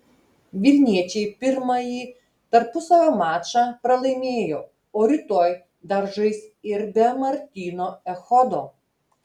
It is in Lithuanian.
vilniečiai pirmąjį tarpusavio mačą pralaimėjo o rytoj dar žais ir be martyno echodo